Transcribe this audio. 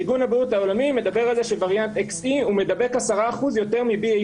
ארגון הבריאות העולמי מדבר על זה שווריאנט XE מדבק 10% יותר מ-2BA,